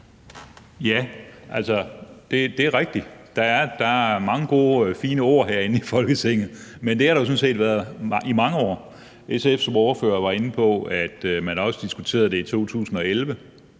at der bliver sagt mange gode og fine ord herinde i Folketinget, men det er der sådan set blevet i mange år. SF's ordfører var inde på, at man også diskuterede det i 2011